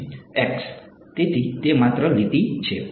x તેથી તે માત્ર લીટી છે